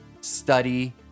study